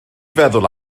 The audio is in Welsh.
feddwl